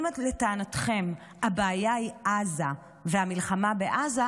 אם לטענתכם הבעיה היא עזה והמלחמה בעזה,